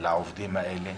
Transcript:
לעובדים האלה